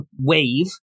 wave